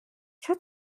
چرا